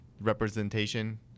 Representation